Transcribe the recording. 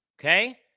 okay